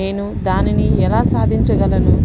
నేను దానిని ఎలా సాధించగలను